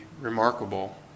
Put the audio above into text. remarkable